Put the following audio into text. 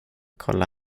kolla